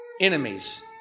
Enemies